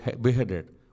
beheaded